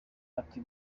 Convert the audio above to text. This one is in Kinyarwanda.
ati